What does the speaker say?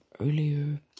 earlier